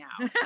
now